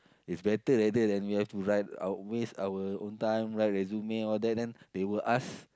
it's better like that than we have to write our waste our own time write resume all that then they will ask